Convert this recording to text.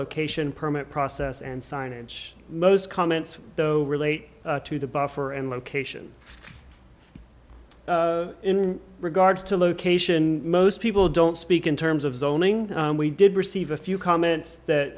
location permit process and signage most comments though relate to the buffer and location in regards to location most people don't speak in terms of zoning and we did receive a few comments that